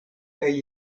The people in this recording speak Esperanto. kaj